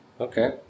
Okay